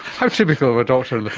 how typical of and sort of